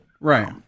Right